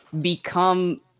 become